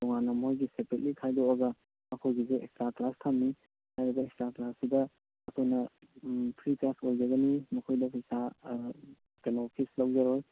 ꯇꯣꯉꯥꯟꯅ ꯃꯣꯏꯒꯤ ꯁꯦꯄꯦꯔꯦꯠꯂꯤ ꯈꯥꯏꯗꯣꯛꯑꯒ ꯑꯩꯈꯣꯏꯒꯤꯁꯦ ꯑꯦꯛꯁꯇ꯭ꯔꯥ ꯀ꯭ꯂꯥꯁ ꯊꯝꯃꯤ ꯍꯥꯏꯔꯤꯕ ꯑꯦꯛꯁꯇ꯭ꯔꯥ ꯀ꯭ꯂꯥꯁꯁꯤꯗ ꯑꯩꯈꯣꯏꯅ ꯐ꯭ꯔꯤ ꯀ꯭ꯂꯥꯁ ꯑꯣꯏꯖꯒꯅꯤ ꯃꯈꯣꯏꯗ ꯄꯩꯁꯥ ꯀꯩꯅꯣ ꯐꯤꯁ ꯂꯧꯖꯔꯣꯏ